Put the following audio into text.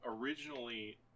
originally